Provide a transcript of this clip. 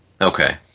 Okay